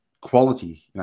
Quality